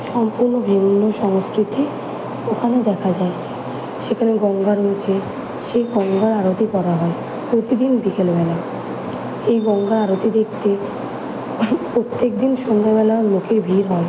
সম্পূর্ণ ভিন্ন সংস্কৃতি ওখানে দেখা যায় সেখানে গঙ্গা রয়েছে সেই গঙ্গায় আরতি করা হয় প্রতিদিন বিকেলবেলায় এই গঙ্গা আরতি দেখতে প্রত্যেক দিন সন্ধেবেলাও লোকের ভিড় হয়